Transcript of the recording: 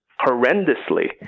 horrendously